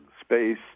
space